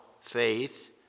faith